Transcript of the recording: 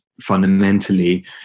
fundamentally